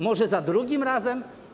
Może za drugim razem?